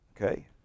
okay